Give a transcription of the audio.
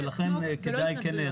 ולכן כדאי כן ליידע.